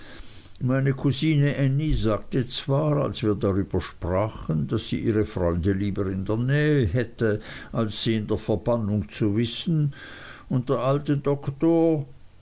meine kusine ännie sagte zwar als wir darüber sprachen daß sie ihre freunde lieber in der nähe hätte als sie in der verbannung zu wissen und der alte doktor